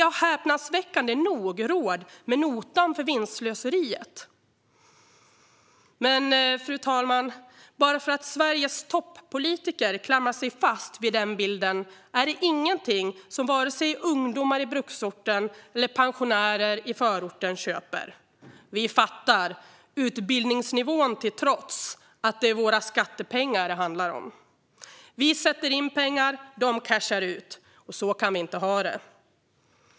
Fast häpnadsväckande nog har vi råd med notan för vinstslöseriet. Men, fru talman, bara för att Sveriges toppolitiker klamrar sig fast vid den bilden är det inte något som vare sig ungdomar i bruksorten eller pensionärer i förorten köper. Vi fattar, utbildningsnivån till trots, att det är våra skattepengar det handlar om. Vi sätter in pengar, de cashar ut. Så kan vi inte ha det.